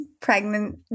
pregnant